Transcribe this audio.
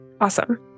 Awesome